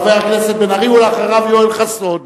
חבר הכנסת בן-ארי, ואחריו, יואל חסון,